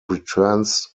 returns